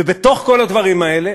ובתוך כל הדברים האלה